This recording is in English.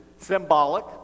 Symbolic